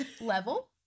level